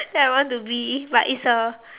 that I want to be but it's a